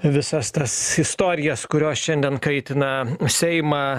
visas tas istorijas kurios šiandien kaitina seimą